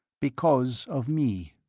because of me.